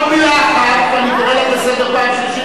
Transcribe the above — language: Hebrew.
עוד מלה אחת ואני קורא אותך לסדר פעם שלישית,